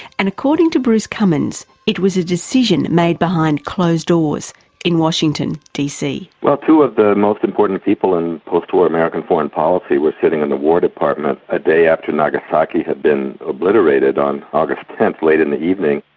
and according to bruce cumings, it was a decision made behind closed doors in washington dc. well, two of the most important people in post-war american foreign policy were sitting in the war department a day after nagasaki had been obliterated on august tenth, late in the evening,